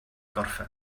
gorffen